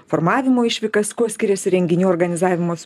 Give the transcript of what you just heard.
formavimo išvykas kuo skiriasi renginių organizavimo